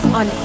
on